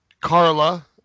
carla